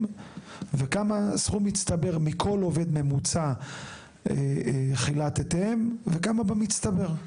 וכמה סכום מצטבר מכל עובד ממוצע חילטתם וכמה במצטבר.